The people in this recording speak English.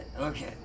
okay